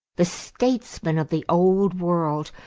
the statesmen of the old world,